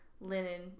Linen